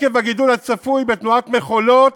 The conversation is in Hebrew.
עקב הגידול הצפוי בתנועת מכולות